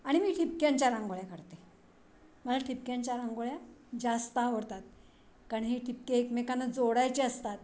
आणि मी ठिपक्यांच्या रांगोळ्या काढते मला ठिपक्यांच्या रांगोळ्या जास्त आवडतात कारण हे ठिपके एकमेकांना जोडायचे असतात